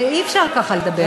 אי-אפשר ככה לדבר.